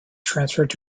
transferred